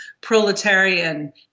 proletarian